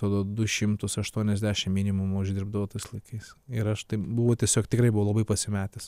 man atrodo du šimtus aštuoniasdešimt minimumą uždirbdavo tais laikais ir aš taip buvo tiesiog tikrai buvau labai pasimetęs